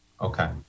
Okay